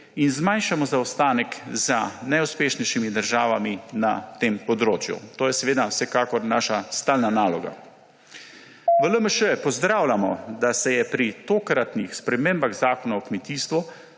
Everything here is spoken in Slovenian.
in zmanjšamo zaostanek za najuspešnejšimi državami na tem področju. To je seveda vsekakor naša stalna naloga. V LMŠ pozdravljamo, da se pri tokratnih spremembah Zakona o kmetijstvu